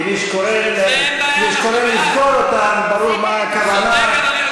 כי מי שקורא לסגור אותם, ברור מה הכוונה שלו.